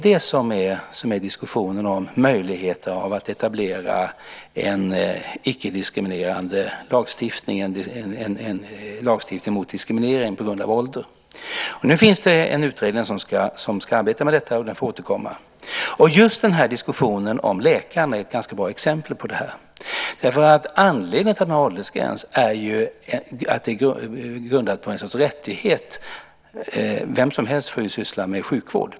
Diskussionen handlar om möjligheten att införa en lagstiftning mot diskriminering på grund av ålder. Nu finns det en utredning som arbetar med detta, och den ska återkomma med sina förslag. Just diskussionen om läkarna är ett ganska bra exempel på detta. Den åldersgränsen är grundad på en rättighet. Vem som helst får ju syssla med sjukvård.